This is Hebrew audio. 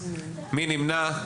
מי נמנע?